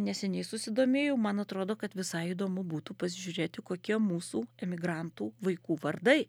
neseniai susidomėjau man atrodo kad visai įdomu būtų pasižiūrėti kokie mūsų emigrantų vaikų vardai